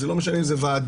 ולא משנה אם זה ועדים.